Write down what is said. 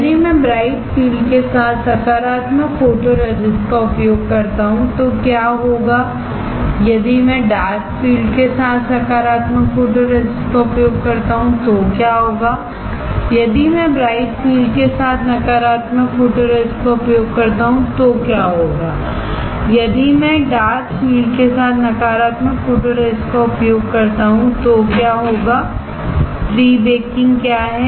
यदि मैं bright field के साथ सकारात्मक फोटोरेसिस्ट का उपयोग करता हूं तो क्या होगा यदि मैं डार्क फील्ड के साथ सकारात्मक फोटोरेसिस्ट का उपयोग करता हूं तो क्या होगा यदि मैं ब्राइट फील्ड के साथ नकारात्मक फोटोरेसिस्ट का उपयोग करता हूं तो क्या होगा यदि मैं डार्क फील्ड के साथ नकारात्मक फोटोरेसिस्ट का उपयोग करता हूं तो क्या होगा प्री बेकिंग क्या है